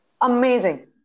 amazing